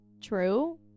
true